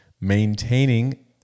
Maintaining